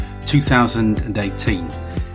2018